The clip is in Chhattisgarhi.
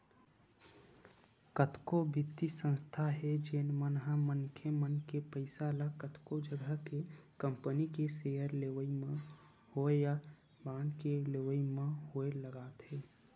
कतको बित्तीय संस्था हे जेन मन ह मनखे मन के पइसा ल कतको जघा के कंपनी के सेयर लेवई म होय या बांड के लेवई म होय लगाथे